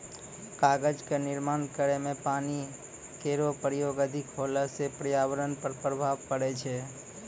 कागज क निर्माण करै म पानी केरो प्रयोग अधिक होला सँ पर्यावरण पर प्रभाव पड़ै छै